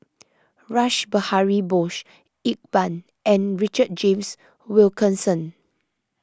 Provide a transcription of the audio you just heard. Rash Behari Bose Iqbal and Richard James Wilkinson